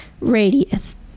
radius